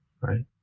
right